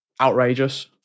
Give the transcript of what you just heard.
outrageous